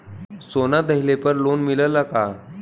सोना दहिले पर लोन मिलल का?